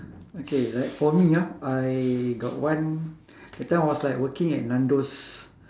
okay like for me ah I got one that time I was like working at nando's